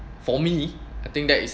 for me I think that is